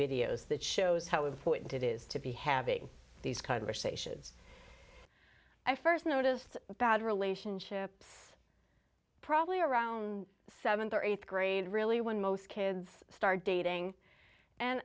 videos that shows how important it is to be having these conversations i first noticed bad relationships probably around seventh or eighth grade really when most kids start dating and